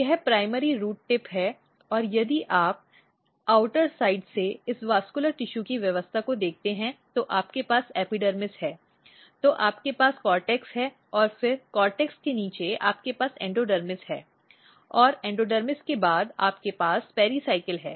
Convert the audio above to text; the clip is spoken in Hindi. यह प्राइमरी रूट टिप है और यदि आप बाह्य भाग से इस वेस्क्यलर टिशू की व्यवस्था को देखते हैं तो आपके पास एपिडर्मिस है तो आपके पास कोर्टेक्स है और फिर कोर्टेक्स के नीचे आपके पास एंडोडर्मिस है और एंडोडर्मिस के बाद आपके पास पेरिसायकल है